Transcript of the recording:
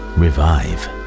revive